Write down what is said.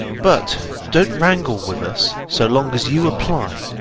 but don't wrangle with us so long as you apply,